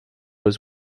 was